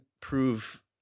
prove